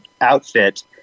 outfit